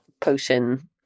potion